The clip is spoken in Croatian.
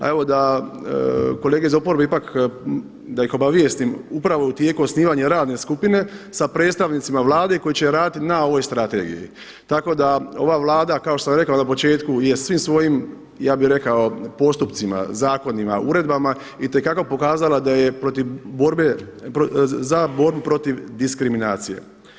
A evo da kolege iz oporbe da ih obavijestim, upravo je u tijeku osnivanje radne skupine sa predstavnicima Vlade koji će raditi na ovoj strategiji, tako da ova Vlada kao što sam rekao na početku je svim svojim, ja bih rekao, postupcima, zakonima uredbama itekako pokazala da je za borbu protiv diskriminacije.